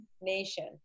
nation